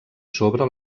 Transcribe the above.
sobre